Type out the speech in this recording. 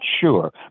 sure